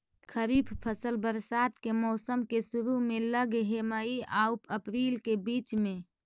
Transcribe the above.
खरीफ फसल बरसात के मौसम के शुरु में लग हे, मई आऊ अपरील के बीच में